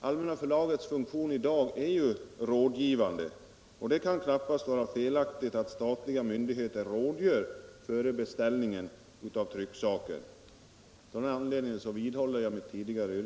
Allmänna Förlagets funktion i dag är ju rådgivande, och det kan knappast vara felaktigt att statliga myndigheter rådgör före beställning av trycksaker.